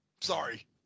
sorry